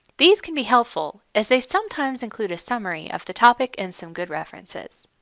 these can be helpful as they sometimes include a summary of the topic and some good references.